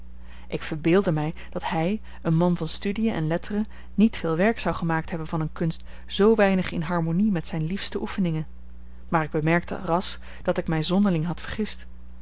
ik verbeeldde mij dat hij een man van studiën en letteren niet veel werk zou gemaakt hebben van eene kunst zoo weinig in harmonie met zijne liefste oefeningen maar ik bemerkte ras dat ik mij zonderling had vergist